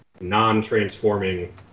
non-transforming